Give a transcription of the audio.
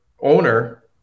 owner